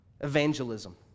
evangelism